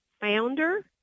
founder